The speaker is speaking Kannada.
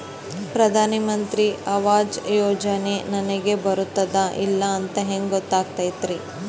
ಪ್ರಧಾನ ಮಂತ್ರಿ ಆವಾಸ್ ಯೋಜನೆ ನನಗ ಬರುತ್ತದ ಇಲ್ಲ ಅಂತ ಹೆಂಗ್ ಗೊತ್ತಾಗತೈತಿ?